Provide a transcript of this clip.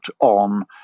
on